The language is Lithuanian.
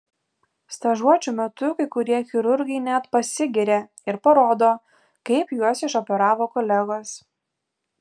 stažuočių metu kai kurie chirurgai net pasigiria ir parodo kaip juos išoperavo kolegos